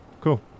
cool